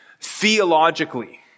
theologically